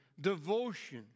devotion